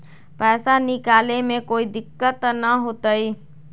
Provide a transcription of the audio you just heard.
पैसा निकाले में कोई दिक्कत त न होतई?